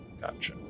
Gotcha